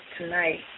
tonight